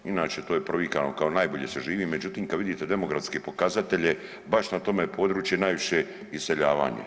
Inače to je provikano kao najbolje se živi, međutim kad vidite demografske pokazatelje baš na tome području najviše iseljavanje.